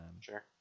Sure